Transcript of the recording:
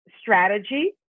strategy